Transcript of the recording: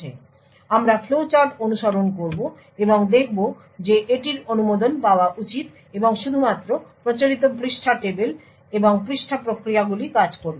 সুতরাং আমরা ফ্লোচার্ট অনুসরণ করব এবং দেখব যে এটির অনুমোদন পাওয়া উচিত এবং শুধুমাত্র প্রচলিত পৃষ্ঠা টেবিল এবং পৃষ্ঠা প্রক্রিয়াগুলি কাজ করবে